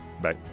Bye